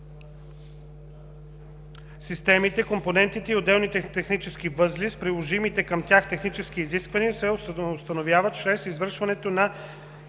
системите, компонентите и отделните технически възли с приложимите към тях технически изисквания се установява чрез извършването на